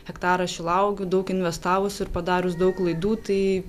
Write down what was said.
hektarą šilauogių daug investavus ir padarius daug klaidų tai